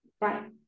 right